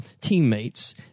teammates